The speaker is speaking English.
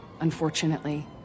Unfortunately